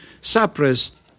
suppressed